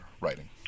writing